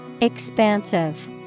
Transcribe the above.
Expansive